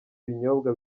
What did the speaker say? binyobwa